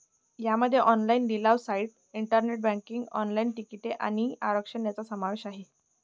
यामध्ये ऑनलाइन लिलाव site, internet banking, online तिकिटे आणि आरक्षण यांचा समावेश आहे